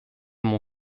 mon